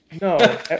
No